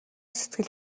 сэтгэл